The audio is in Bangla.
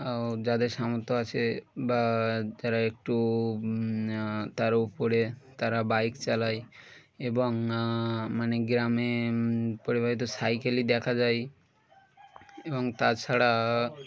যাদের সামথ্য আছে বা যারা একটু তার উপরে তারা বাইক চালায় এবং মানে গ্রামে পরিবারেতো সাইকেলই দেখা যায় এবং তাছাড়া